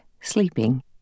sleeping